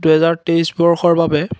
দুহেজাৰ তেইছ বৰ্ষৰ বাবে